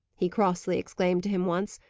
he crossly exclaimed to him once,